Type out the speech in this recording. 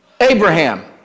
Abraham